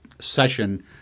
session